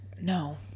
No